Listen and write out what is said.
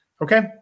Okay